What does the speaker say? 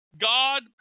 God